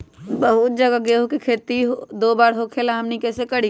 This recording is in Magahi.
बहुत जगह गेंहू के खेती दो बार होखेला हमनी कैसे करी?